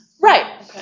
right